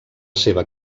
seva